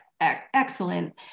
excellent